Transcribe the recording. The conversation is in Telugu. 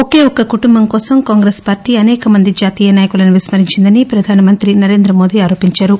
ఓకేఒక్క కుటుంబం కోసం కాంగ్రెస్ పార్టీ అసేక మంది జాతీయ నాయకులను విస్స రించిందని ప్రధానమంత్రి నరేంద్రమోదీ ఆరోపించారు